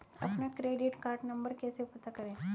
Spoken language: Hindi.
अपना क्रेडिट कार्ड नंबर कैसे पता करें?